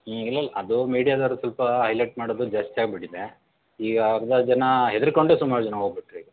ಇಲ್ಲಲ್ಲಿ ಅದೂ ಮೀಡ್ಯಾದವರು ಸ್ವಲ್ಪ ಐಲೆಟ್ ಮಾಡೋದು ಜಾಸ್ತಿ ಆಗಿಬಿಟ್ಟಿದೆ ಈಗ ಅರ್ಧ ಜನ ಹೆದ್ರಿಕೊಂಡೇ ಸುಮಾರು ಜನ ಹೋಗ್ಬಿಟ್ರು ಈಗ